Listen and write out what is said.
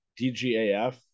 DGAF